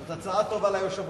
זאת הצעה טובה ליושב-ראש.